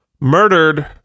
murdered